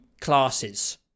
classes